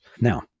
Now